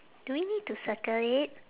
do we need to circle it